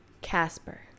Casper